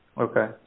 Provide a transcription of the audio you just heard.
Okay